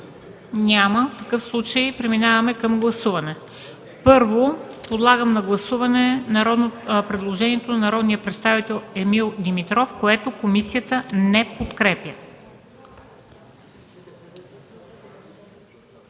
Няма. Преминаваме към гласуване. Първо, подлагам на гласуване предложението на народния представител Емил Димитров, което комисията не подкрепя.